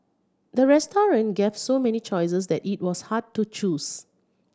the restaurant gave so many choices that it was hard to choose